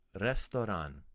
Restaurant